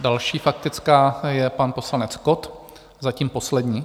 Další faktická je pan poslanec Kott, zatím poslední.